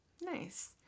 Nice